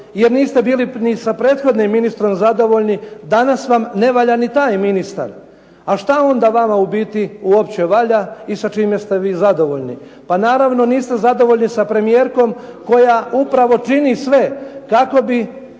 jer niste bili ni sa prethodnim ministrom zadovoljni danas vam ne valja ni taj ministar. A šta onda vama u biti uopće valja i sa čime ste vi zadovoljni? Pa naravno niste zadovoljni sa premijerkom koja upravo čini sve kako bi